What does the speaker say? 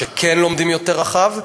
שכן לומדים יותר רחב,